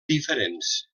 diferents